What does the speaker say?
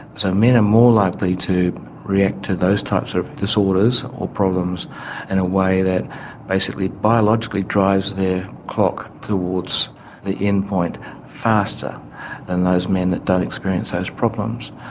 so men are more likely to react to those types of disorders or problems in a way that basically biologically drives their clock towards the end point faster than those men that don't experience those problems.